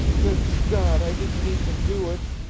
good god, i didn't mean to do it!